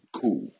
cool